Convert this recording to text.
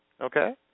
Okay